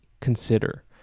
consider